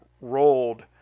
rolled